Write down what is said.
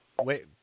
wait